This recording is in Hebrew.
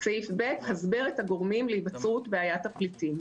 סעיף ב' - הסבר את הגורמים להיווצרות בעיית הפליטים.